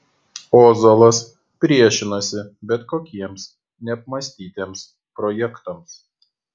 ozolas priešinosi bet kokiems neapmąstytiems projektams